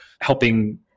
helping